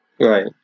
Right